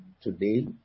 today